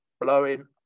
blowing